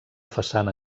façana